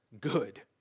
good